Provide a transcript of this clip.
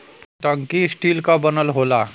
टंकी स्टील क बनल होला